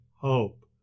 hope